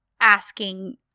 asking